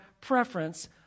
preference